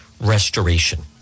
restoration